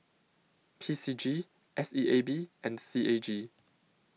P C G S E A B and C A G